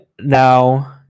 now